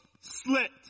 slit